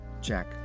Jack